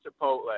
Chipotle